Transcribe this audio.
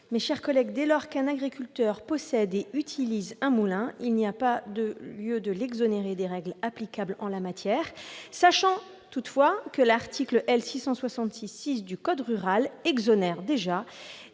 Mes chers collègues, dès lors qu'un agriculteur possède et utilise un moulin, il n'y a pas lieu de l'exonérer des règles applicables en la matière, sachant toutefois que l'article L. 666-6 du code rural exonère déjà